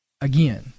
again